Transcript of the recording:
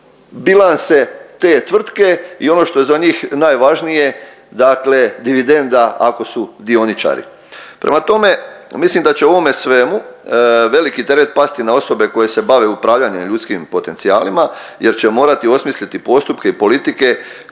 bilance te tvrtke i ono što je za njih najvažnije, dakle dividenda ako su dioničari. Prema tome, mislim da će u ovome svemu veliki teret pasti na osobe koje se bave upravljanjem ljudskim potencijalima jer će morati osmisliti postupke i politike